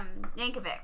Yankovic